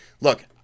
Look